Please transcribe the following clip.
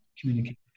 communicate